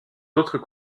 autres